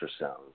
ultrasound